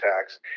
tax